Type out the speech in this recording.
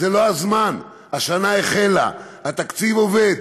זה לא הזמן, השנה החלה, התקציב עובד.